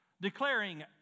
declaring